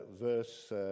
verse